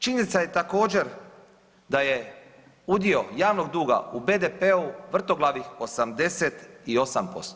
Činjenica je također da je udio javnog duga u BDP-u vrtoglavih 88%